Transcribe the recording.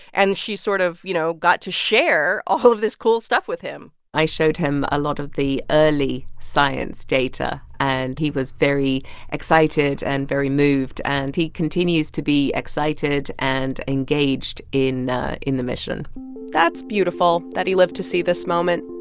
and she sort of, you know, got to share all of this cool stuff with him i showed him a lot of the early science data, and he was very excited and very moved. and he continues to be excited and engaged in in the mission that's beautiful, that he lived to see this moment